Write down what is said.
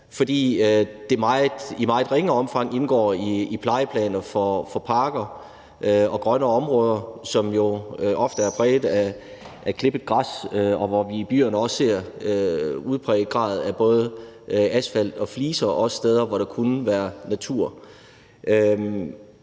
fordi det i meget ringe omfang indgår i plejeplaner for parker og grønne områder, som jo ofte er præget af klippet græs, og hvor vi i byerne også ser en udpræget grad af både asfalt og fliser, også steder, hvor det kunne være natur.